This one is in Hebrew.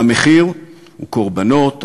והמחיר הוא קורבנות,